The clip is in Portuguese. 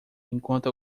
enquanto